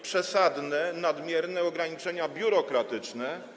Przesadne, nadmierne ograniczenia biurokratyczne.